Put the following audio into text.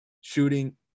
shooting